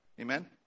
Amen